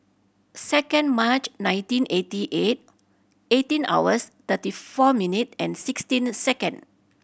second March nineteen eighty eight eighteen hours thirty four minute and sixteen second